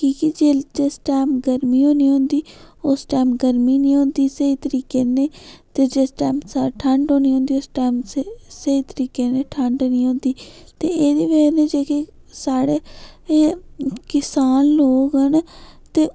कि के जिल जिस टैम गर्मी होनी होंदी उस टैम गर्मी नि होंदी स्हेई तरीके कन्नै ते जिस टैम ठंड होनी होंदी ते उस टैम स्हेई तरीके दी ठंड नि होंदी ते एह्दे साढ़ै एह् किसान लोग न ते